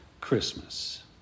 Christmas